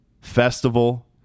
festival